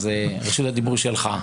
אז רשות הדיבור שלך.